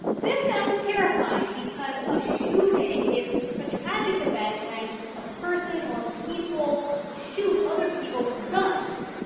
this sounds terrifying because a shooting is a tragic event when a person or people shoot other people with guns.